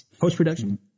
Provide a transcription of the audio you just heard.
post-production